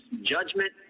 judgment